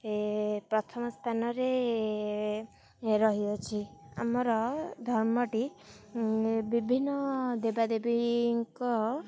ଏ ପ୍ରଥମ ସ୍ଥାନରେ ରହିଅଛି ଆମର ଧର୍ମଟି ବିଭିନ୍ନ ଦେବାଦେବୀଙ୍କ